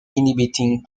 inhibiting